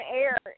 air